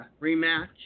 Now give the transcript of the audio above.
rematch